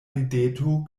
rideto